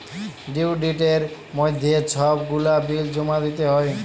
due ডেটের মইধ্যে ছব গুলা বিল জমা দিতে হ্যয়